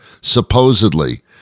supposedly